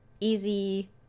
easy